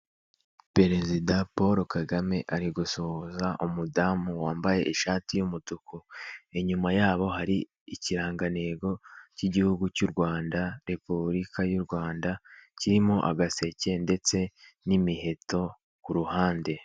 PerezidaPaul Kagame ari gusuhuza umudamu wambaye ishati y'umutuku. Inyuma yabo hari ikirangantego cy'igihugu cy'u Rwanda, repubulika y'u Rwanda, kirimo agaseke ndetse n'imiheto ku ruhande.